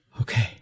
Okay